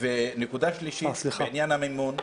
נקודה שלישית בעניין המימון,